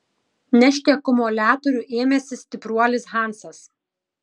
nešti akumuliatorių ėmėsi stipruolis hansas